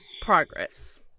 progress